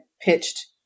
pitched